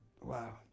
Wow